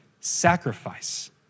sacrifice